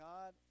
God